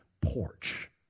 porch